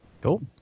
Cool